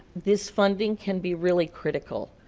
this funding can be really critical.